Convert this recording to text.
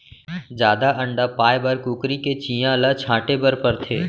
जादा अंडा पाए बर कुकरी के चियां ल छांटे बर परथे